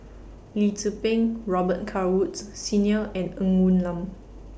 Lee Tzu Pheng Robet Carr Woods Senior and Ng Woon Lam